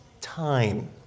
time